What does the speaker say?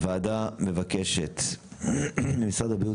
הוועדה מבקשת ממשרד הבריאות,